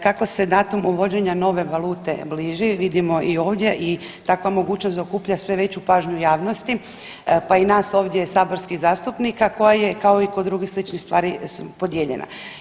Kako se datum uvođenja nove valute bliži vidimo i ovdje i takva mogućnost zaokuplja sve veću pažnju javnosti, pa i nas ovdje saborskih zastupnika koje kao i kod drugih sličnih stvari podijeljena.